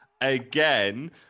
again